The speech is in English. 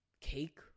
Cake